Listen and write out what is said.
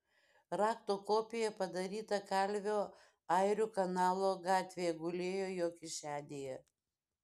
rakto kopija padaryta kalvio airių kanalo gatvėje gulėjo jo kišenėje